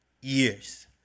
years